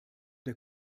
der